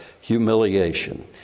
humiliation